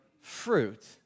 fruit